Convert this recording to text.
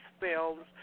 films